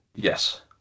Yes